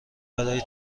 برای